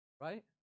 right